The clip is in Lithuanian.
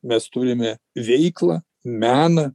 mes turime veiklą meną